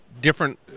different